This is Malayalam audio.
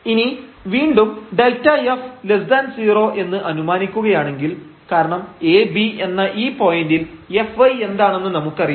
ഇനി വീണ്ടും Δf 0 എന്ന് അനുമാനിക്കുകയാണെങ്കിൽ കാരണം ab എന്ന ഈ പോയന്റിൽ fy എന്താണെന്ന് നമുക്കറിയില്ല